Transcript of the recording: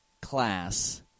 class